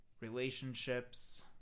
relationships